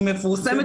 היא מפורסמת,